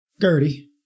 Gertie